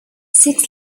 six